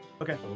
Okay